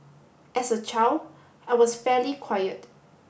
as a child I was fairly quiet